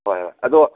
ꯍꯣꯏ ꯍꯣꯏ ꯑꯗꯣ